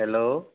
hello